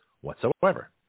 whatsoever